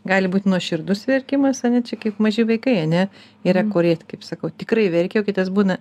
gali būt nuoširdus verkimas ane čia kaip maži vaikai ane yra kurie kaip sakau tikrai verkia o kitas būna